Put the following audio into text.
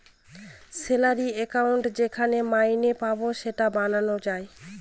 salary account যেখানে মাইনে পাবো সেটা বানানো যায়